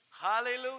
Hallelujah